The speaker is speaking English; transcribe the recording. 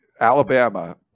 Alabama